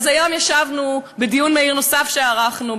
אז היום ישבנו בדיון מהיר נוסף שערכנו,